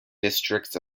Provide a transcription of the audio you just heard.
districts